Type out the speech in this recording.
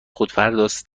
خودپرداز